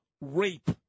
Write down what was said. rape